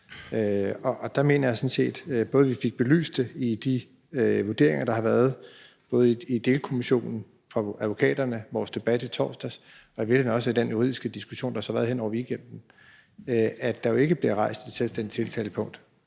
Der mener jeg sådan set, at vi fik belyst det i de vurderinger, der har været både i delkonklusionen, fra advokaterne, i vores debat i torsdags og i virkeligheden også i den juridiske diskussion, der så har været hen over weekenden. Der bliver jo ikke rejst et selvstændigt tiltalepunkt